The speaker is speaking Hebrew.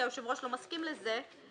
כי היושב-ראש לא מסכים לזה,